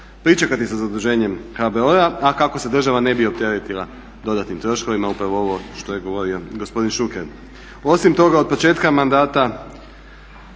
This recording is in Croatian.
pričekati sa zaduženjem HBOR-a. A kako se država ne bi opteretila dodatnim troškovima upravo ovo što je govorio gospodin Šuker. Osim toga otpočetka mandata